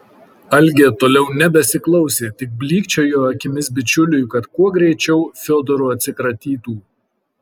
algė toliau nebesiklausė tik blykčiojo akimis bičiuliui kad kuo greičiau fiodoru atsikratytų